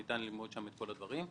שניתן ללמוד שם את כל הדברים.